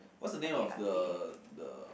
what's the name of the the